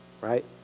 Right